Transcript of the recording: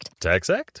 TaxAct